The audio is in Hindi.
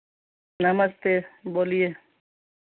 नमस्ते बोलिए